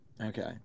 Okay